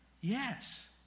Yes